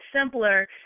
simpler